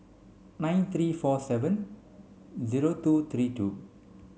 nine three four seven zero two three two